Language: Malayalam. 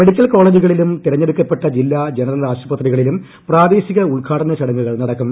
മെഡിക്കൽ കോളേജുകളിലും തെരഞ്ഞെടുക്കപ്പെട്ട ജില്ലാ ജനറൽ ആശുപത്രികളിലും പ്രാദേശിക ഉദ്ഘാടന ചടങ്ങുകൾ നടക്കും